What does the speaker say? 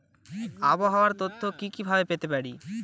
আবহাওয়ার তথ্য কি কি ভাবে পেতে পারি?